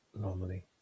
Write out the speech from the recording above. normally